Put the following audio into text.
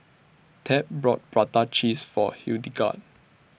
Tab brought Prata Cheese For Hildegard